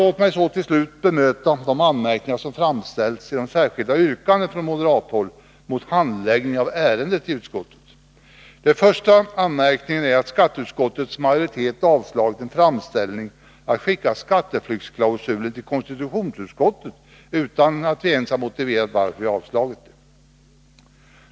Låt mig så till slut bemöta de anmärkningar som framställts i de särskilda yrkandena från moderathåll mot handläggningen av ärendet i utskottet. Den första anmärkningen är att skatteutskottets majoritet avstyrkt en framställning om att skicka skatteflyktsklausulen till konstitutionsutskottet utan att vi ens har motiverat det.